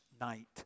night